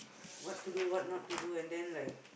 what to do what not to do and then like